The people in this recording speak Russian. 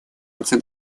наций